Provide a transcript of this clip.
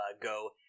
go